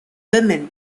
women